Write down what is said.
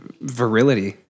virility